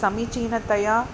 समीचीनतया